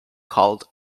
called